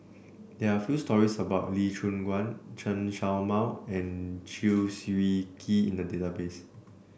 there are few stories about Lee Choon Guan Chen Show Mao and Chew Swee Kee in the database